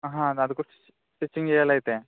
అహా అది కూడా స్టిచ్చింగ్ చేయాలి అయితే